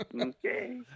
Okay